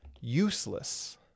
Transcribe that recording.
useless